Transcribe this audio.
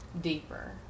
deeper